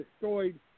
destroyed